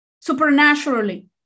supernaturally